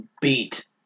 beat